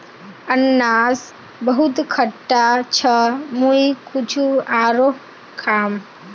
अनन्नास बहुत खट्टा छ मुई कुछू आरोह खाम